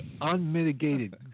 unmitigated